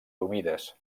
humides